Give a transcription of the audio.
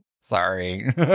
sorry